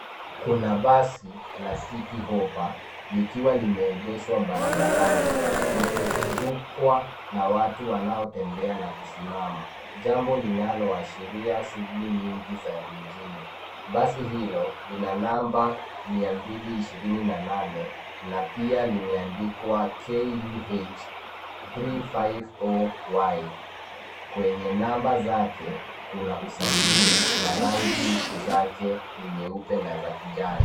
Kuna basi la Citi Hoppa likiwa limeegeshwa barabarani, likizungukwa na watu wanaotembea na kusimama, jambo linaloashiria shughuli nyingi za mjini. Basi hilo lina namba 228 na pia limeandikwa KUH 350Y kwenye namba zake za usajili, na lina rangi zake ni nyeupe na za kijani.